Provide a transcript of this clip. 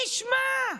מי ישמע,